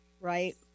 right